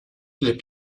les